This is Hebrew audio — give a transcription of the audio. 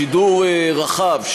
שידור רחב,